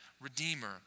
Redeemer